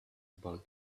about